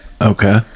Okay